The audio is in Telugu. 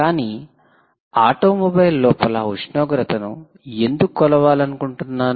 కానీ ఆటోమొబైల్ లోపల ఉష్ణోగ్రతను ఎందుకు కొలవాలనుకుంటున్నాను